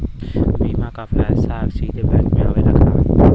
बीमा क पैसा सीधे बैंक में आवेला का?